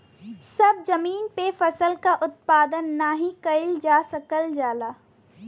सभ जमीन पे फसल क उत्पादन नाही कइल जा सकल जाला